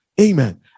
Amen